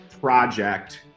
project